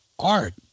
art